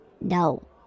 No